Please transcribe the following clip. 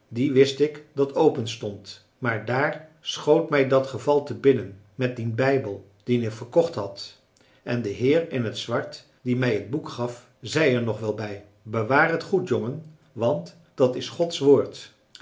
die wist ik dat openstond maar daar schoot mij dat geval te binnen met dien bijbel dien ik verkocht had en de heer in t zwart die mij het boek gaf zei er nog wel bij bewaar het goed jongen want dat is gods woord